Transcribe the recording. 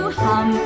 hum